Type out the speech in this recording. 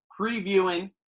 previewing